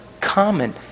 common